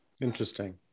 Interesting